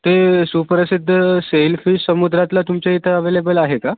ते सुप्रसिद्ध सेलफिश समुद्रातला तुमच्या इथं अवेलेबल आहे का